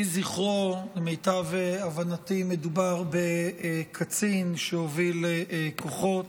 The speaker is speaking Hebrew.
למיטב הבנתי מדובר בקצין שהוביל כוחות.